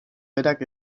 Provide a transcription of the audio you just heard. berak